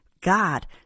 God